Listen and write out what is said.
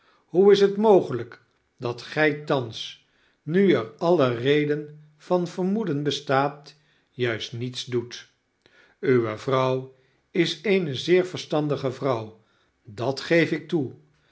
hoe is het mogelijk dat gij thans nu er alle reden van vermoeden bestaat juist niets doet uwe vrouw is eene zeer verstandige vrouw dat geef ik toe